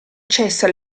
cessa